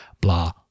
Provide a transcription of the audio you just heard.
blah